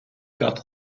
got